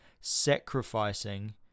sacrificing